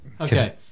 Okay